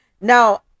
now